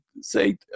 say